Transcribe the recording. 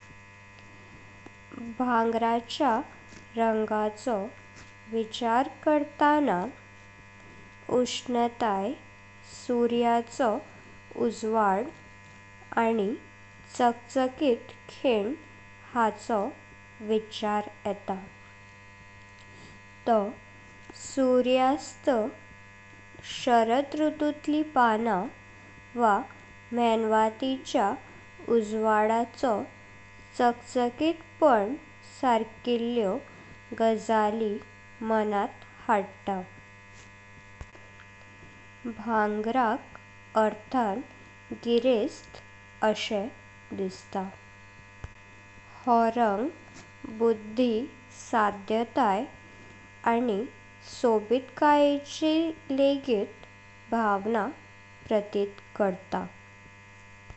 भांगाराच्या रंगाचो विचार करताना उष्णतय, सुर्याचो उज्जवड आनी चकाचकित खिण हांचोय विचार येता। तो सुर्यास्त, शरद रुतुंतली पाना, व मेणवाटीच्या उज्जवडाचो चकचकितपण सरकील्ल्यो गजाली मनांत हडता। भांगारक अर्थान गिरेस्थ अशें दिसता, हो रंग बुद्धी, साध्यता आनी सोबितकायाची लेगित भावना प्रतिथ करता।